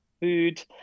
food